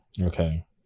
Okay